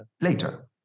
later